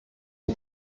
die